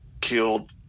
killed